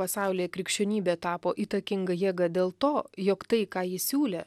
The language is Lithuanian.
pasaulyje krikščionybė tapo įtakinga jėga dėl to jog tai ką ji siūlė